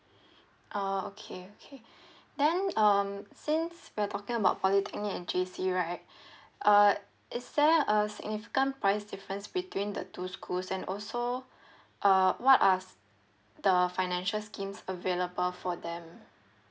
oh okay okay then um since we're talking about polytechnic and J_C right uh is there a significant price difference between the two schools and also uh what are s~ the financial schemes available for them